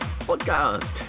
podcast